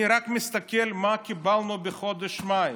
אני רק מסתכל מה קיבלנו בחודש מאי,